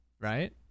Right